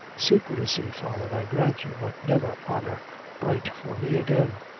saicresy, father, i grant you, but never honor bright for me again.